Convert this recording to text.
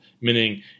meaning